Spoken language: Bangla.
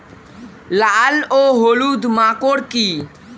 লাল ও হলুদ মাকর কী?